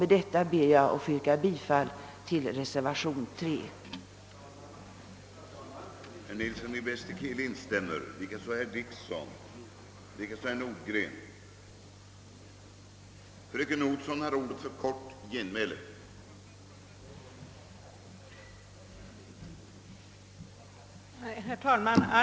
Med det anförda ber jag att få yrka bifall till reservationen 3 av herr Kaijser m.fl.